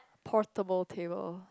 portable table